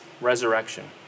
resurrection